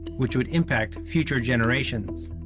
which would impact future generations.